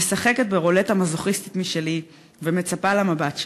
משחקת ברולטה מזוכיסטית משלי ומצפה למבט שלו.